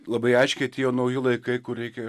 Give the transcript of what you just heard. labai aiškiai atėjo nauji laikai kur reikia